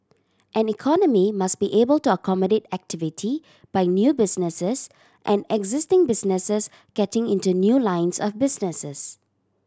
an economy must be able to accommodate activity by new businesses and existing businesses getting into new lines of businesses